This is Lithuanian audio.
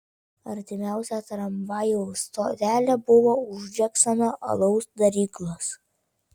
artimiausia tramvajaus stotelė buvo už džeksono alaus daryklos